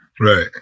Right